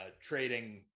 trading